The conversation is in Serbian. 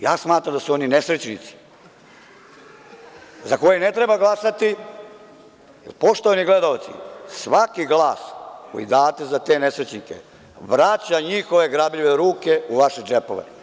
Ja smatram da su oni nesrećnici za koje ne treba glasati, jer, poštovani gledaoci, svaki glas koji date za te nesrećnike vraća njihove grabljive ruke u vaše džepove.